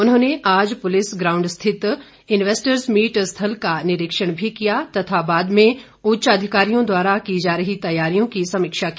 उन्होंने आज police ground स्थित इन्वेस्टर्स मीट स्थल का निरीक्षण भी किया तथा बाद में उच्चाधिकारियों द्वारा की जा रही तैयारियों की समीक्षा की